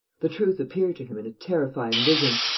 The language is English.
the truth appeared to him in a terrifying vision.